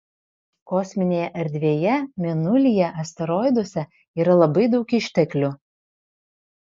kosminėje erdvėje mėnulyje asteroiduose yra labai daug išteklių